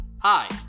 Hi